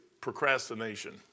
procrastination